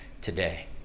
today